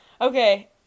Okay